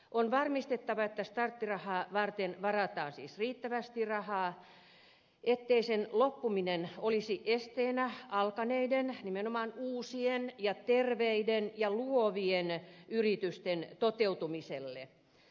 on varmistettava että starttirahaa varten varataan siis riittävästi rahaa ettei sen loppuminen olisi esteenä alkaneiden nimenomaan uusien ja terveiden ja luovien yritysten toteutumiselle